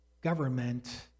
government